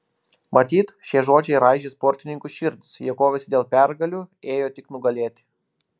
matyt šie žodžiai raižė sportininkų širdis jie kovėsi dėl pergalių ėjo tik nugalėti